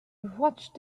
watched